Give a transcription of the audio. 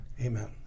Amen